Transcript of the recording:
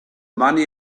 money